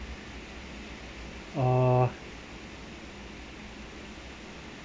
uh